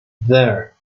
there